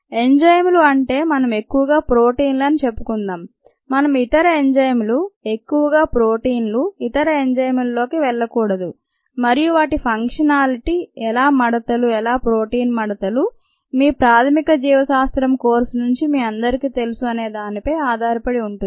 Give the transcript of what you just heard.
ఎంజైములు అంటే మనం ఎక్కువగా ప్రోటీన్లు అని చెప్పుకుందాం మనం ఇతర ఎంజైములు ఎక్కువగా ప్రోటీన్లు ఇతర ఎంజైములు లోకి వెళ్ళకూడదు మరియు వాటి ఫంక్షనాలిటీ ఎలా మడతలు ఎలా ప్రోటీన్ మడతలు మీ ప్రాథమిక జీవశాస్త్రం కోర్సు నుండి మీ అందరికీ తెలుసు అనే దానిపై ఆధారపడి ఉంటుంది